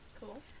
cool